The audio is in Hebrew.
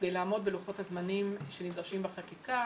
כדי לעמוד בלוחות הזמנים שנדרשים בחקיקה